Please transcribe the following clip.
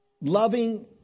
loving